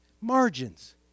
Margins